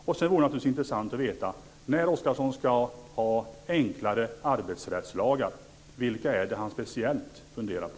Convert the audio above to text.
Det skulle vara intressant att veta, när nu Oscarsson ska ha enklare arbetsrättslagar, vilka det är han speciellt funderar på.